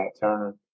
Turner